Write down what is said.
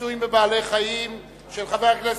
(ניסויים בבעלי-חיים) (תיקון,